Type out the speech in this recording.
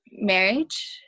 marriage